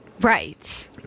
Right